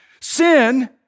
Sin